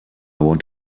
want